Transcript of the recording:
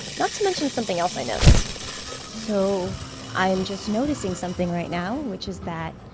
not to mention something else i noticed so i'm just noticing something right now, which is that